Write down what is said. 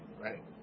right